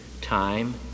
time